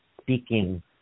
speaking